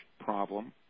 problem